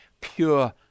pure